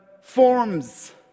forms